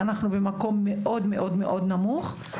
אנחנו במקום מאוד-מאוד נמוך.